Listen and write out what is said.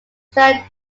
stunning